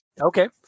Okay